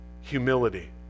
Humility